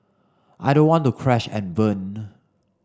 I don't want to crash and burn